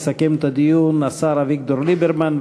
יסכם את הדיון השר אביגדור ליברמן.